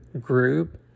group